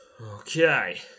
Okay